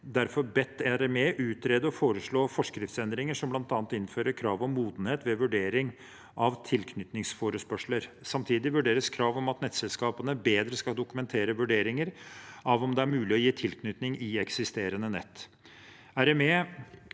derfor bedt RME utrede og foreslå forskriftsendringer som bl.a. innfører krav om modenhet ved vurdering av tilknytningsforespørsler. Samtidig vurderes krav om at nettselskapene bedre skal dokumentere vurderinger av om det er mulig å gi tilknytning i eksisterende nett. RME